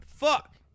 Fuck